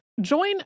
Join